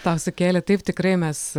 tau sukėlė taip tikrai mes